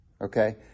Okay